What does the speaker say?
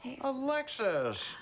Alexis